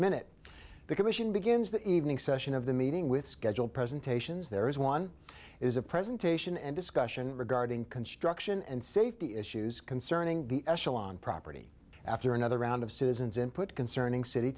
minute the commission begins the evening session of the meeting with scheduled presentations there is one is a presentation and discussion regarding construction and safety issues concerning the echelon property after another round of citizens input concerning city